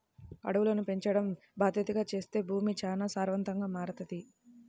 అడవులను పెంచడం బాద్దెతగా చేత్తే భూమి చానా సారవంతంగా మారతది